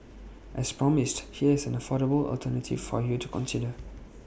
as promised here is an affordable alternative for you to consider